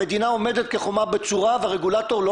המדינה עומדת כחומה בצורה והרגולטור לא